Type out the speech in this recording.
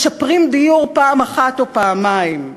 משפרים דיור פעם אחת או פעמיים,